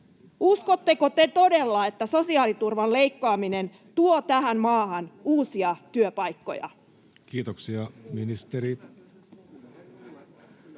Uskotteko te todella, että sosiaaliturvan leikkaaminen tuo tähän maahan uusia työpaikkoja? Purralle